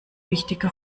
wichtige